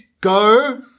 go